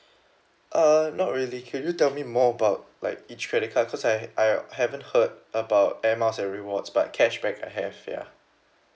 err not really could you tell me more about like each credit card cause I I haven't heard about air miles and rewards but cashback I have ya